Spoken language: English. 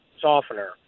softener